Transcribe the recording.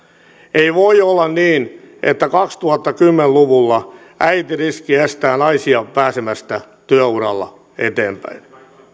ei voi olla niin että kaksituhattakymmenen luvulla äitiriski estää naisia pääsemästä työuralla eteenpäin